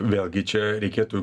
vėlgi čia reikėtų